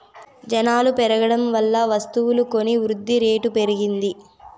జనాలు పెరగడం వల్ల వస్తువులు కొని వృద్ధిరేటు పెరిగింది